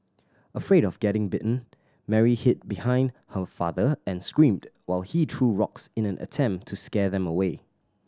afraid of getting bitten Mary hid behind her father and screamed while he threw rocks in an attempt to scare them away